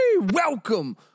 Welcome